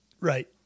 Right